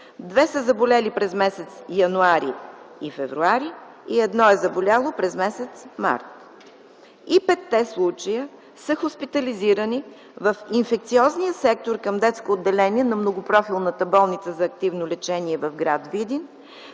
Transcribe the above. две са заболели през м. януари и м. февруари и едно е заболяло през м. март. И петте случаи са хоспитализирани в инфекциозния сектор към Детското отделение на Многопрофилната болница за активно лечение в град Видин.